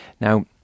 Now